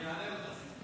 אני אענה לך,